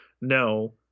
No